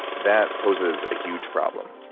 that poses a huge problem